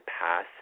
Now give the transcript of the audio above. pass